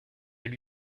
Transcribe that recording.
elle